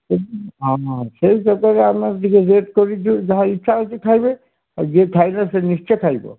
କିନ୍ତୁ ଆମର ସେ ଜାଗାରେ ଆମେ ଟିକେ ରେଟ୍ କରିଛୁ ଯାହା ଇଚ୍ଛା ହେଉଛି ଖାଇବେ ଯିଏ ଖାଇଲା ନିଶ୍ଚେ ଖାଇବ